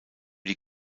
die